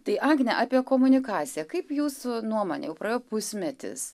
tai agne apie komunikaciją kaip jūsų nuomone jau praėjo pusmetis